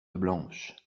blanche